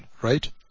right